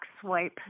swipe